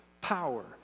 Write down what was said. power